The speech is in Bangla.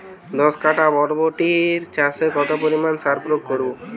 দশ কাঠা বরবটি চাষে কত পরিমাণ সার প্রয়োগ করব?